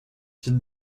can